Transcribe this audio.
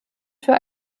für